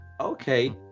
Okay